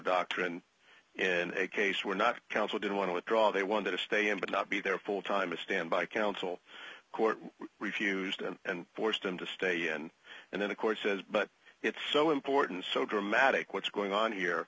doctrine in a case we're not counsel didn't want to withdraw they want to stay in but not be there for time to stand by counsel court refused and forced him to stay in and then of course says but it's so important so dramatic what's going on here